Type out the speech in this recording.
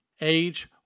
Age